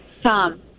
Tom